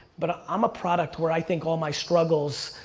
but i'm a product where i think all my struggles